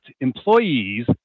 employees